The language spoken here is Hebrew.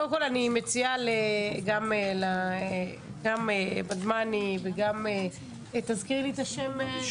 אני מציעה לך ודמני, וגם לך אבישג,